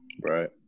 Right